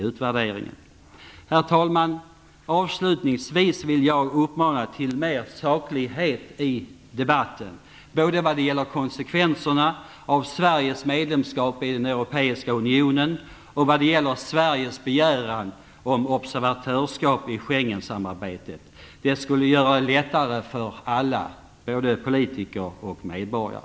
Herr talman! Avslutningsvis vill jag uppmana till mer saklighet i debatten, både vad det gäller konsekvenserna av Sveriges medlemskap i den europeiska unionen och vad det gäller Sveriges begäran om observatörsskap i Schengensamarbetet. Det skulle göra det lättare för alla, både för politiker och för medborgare.